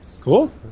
Cool